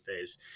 phase